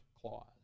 clause